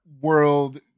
World